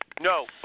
No